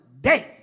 day